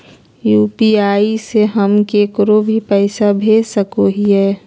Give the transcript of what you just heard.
UPI से हम केकरो भी पैसा भेज सको हियै?